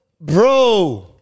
Bro